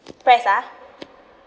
press ah